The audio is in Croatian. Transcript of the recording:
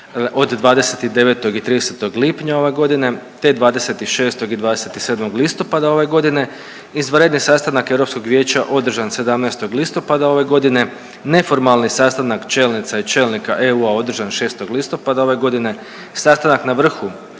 od 29. i 30. lipnja ove godine te 26. i 27. listopada ove godine, izvanredni sastanak Europskog vijeća održan 17. listopada ove godine, neformalni sastanak čelnica i čelnika EU-a održan 6. listopada ove godine, sastanak na vrhu